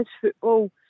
football